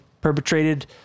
perpetrated